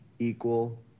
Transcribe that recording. equal